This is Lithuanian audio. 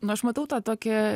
na aš matau tą tokią